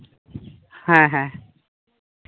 ᱦᱮᱸ ᱦᱮᱸ